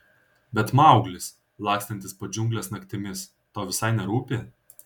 bet mauglis lakstantis po džiungles naktimis tau visai nerūpi